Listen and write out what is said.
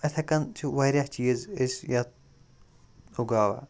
یِتھٔے کٔنۍ چھِ واریاہ چیٖز أسۍ یَتھ اُگاوان